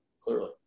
clearly